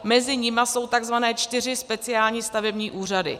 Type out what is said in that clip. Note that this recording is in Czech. Mezi nimi jsou tzv. čtyři speciální stavební úřady.